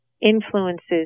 influences